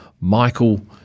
Michael